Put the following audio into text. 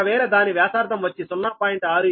ఒక వేళ దాని వ్యాసార్థం వచ్చి 0